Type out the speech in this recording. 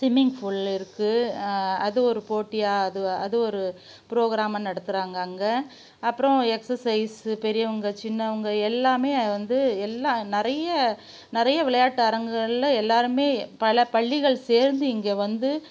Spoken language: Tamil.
ஸிம்மிங் ஃபூல் இருக்குது அது ஒரு போட்டியாக அது அது ஒரு ப்ரோக்ராமாக நடத்துகிறாங்க அங்கே அப்புறம் எக்ஸசைஸு பெரியவங்க சின்னவங்க எல்லாமே வந்து எல்லாம் நிறைய நிறைய விளையாட்டு அரங்கங்களில் எல்லாேருமே பல பள்ளிகள் சேர்ந்து இங்கே வந்து